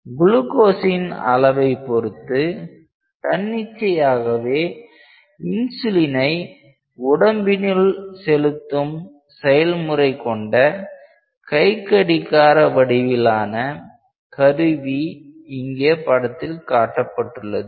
குளுக்கோஸின் அளவை பொருத்து தன்னிச்சையாகவே இன்சுலினை உடம்பினுள் செலுத்தும் செயல்முறை கொண்ட கைக்கடிகார வடிவிலான கருவி இங்கே படத்தில் காட்டப்பட்டுள்ளது